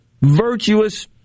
virtuous